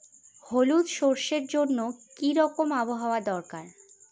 হলুদ সরষে জন্য কি রকম আবহাওয়ার দরকার?